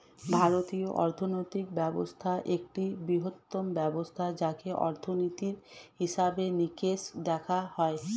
ভারতীয় অর্থনৈতিক ব্যবস্থা একটি বৃহত্তম ব্যবস্থা যাতে অর্থনীতির হিসেবে নিকেশ দেখা হয়